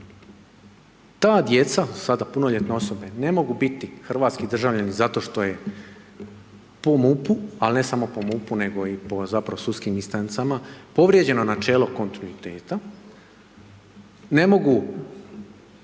ta djeca su sada punoljetne osobe ne mogu biti hrvatski državljanin zato što je po MUP-u, ali ne samo po MUP-u nego i po zapravo sudskim instancama povrijeđeno načelo kontinuiteta, ne mogu